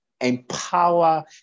empower